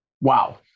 Wow